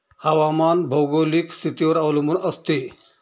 हवामान भौगोलिक स्थितीवर अवलंबून असते